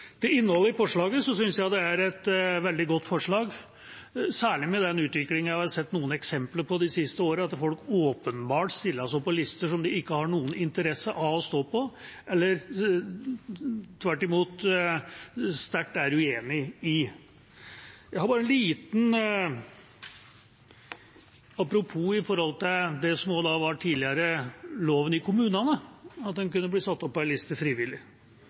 innholdet i forslaget, synes jeg det er et veldig godt forslag, særlig med den utviklingen vi har sett noen eksempler på de siste årene, at folk åpenbart settes opp på lister som de ikke har noen interesse av å stå på, eller som de er sterkt uenig med. Et lite apropos om det som tidligere var gjeldende lov i kommunene, at man kunne bli satt opp på en liste frivillig: